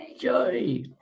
Joy